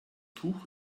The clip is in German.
tuch